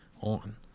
on